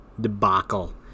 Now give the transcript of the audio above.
debacle